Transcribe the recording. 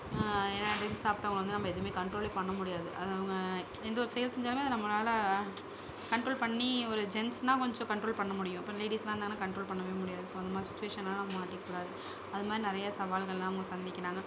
ஏன்னால் ட்ரிங்ஸ் சாப்பிட்டவுங்கள வந்து நம்ம எதுமே கண்ட்ரோலே பண்ண முடியாது அது அவங்க எந்த ஒரு செயல் செஞ்சாலுமே அதை நம்மளால் கண்ட்ரோல் பண்ணி ஒரு ஜென்ட்ஸ்னால் கொஞ்சம் கண்ட்ரோல் பண்ண முடியும் இப்போ லேடீஸ்லாம் இருந்தாங்கன்னால் கண்ட்ரோல் பண்ணவே முடியாது ஸோ அந்த மாதிரி சுச்சுவேஷன்லலாம் நாம் மாட்டிக்கக்கூடாது அது மாதிரி நிறையா சவால்கள்லாம் அவங்க சந்திக்கிறாங்க